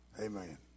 Amen